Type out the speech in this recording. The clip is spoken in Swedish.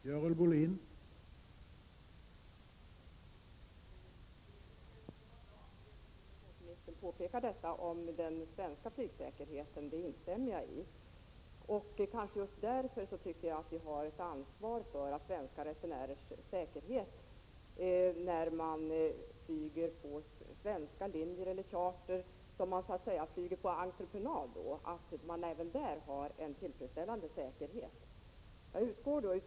Herr talman! Det var bra att kommunikationsministern påminde om den svenska flygsäkerheten. Jag instämmer i det. Kanske just därför har vi ett ansvar för svenska resenärers säkerhet, vare sig det gäller svenska bolag eller charterbolag som flyger ”på entreprenad”. Även här måste en tillfredsställande säkerhet kunna garanteras.